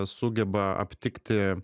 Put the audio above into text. sugeba aptikti